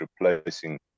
replacing